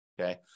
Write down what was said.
Okay